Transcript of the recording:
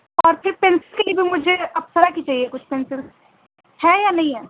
اور پھر پنسل بھی مجھے اپسرا کی چاہیے کچھ پنسلس ہے یا نہیں ہے